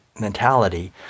mentality